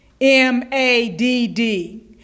M-A-D-D